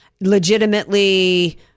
legitimately